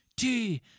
-T